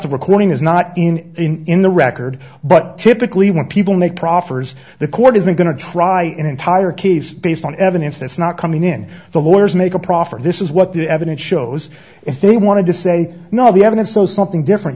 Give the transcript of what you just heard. a recording is not in the in the record but typically when people make proffers the court isn't going to try an entire keefe based on evidence that's not coming in the lawyers make a profit this is what the evidence shows if they want to say no the evidence so something different